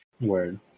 Word